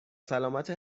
سلامت